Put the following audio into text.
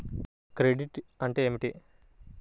Credit అంటే ఏమిటి?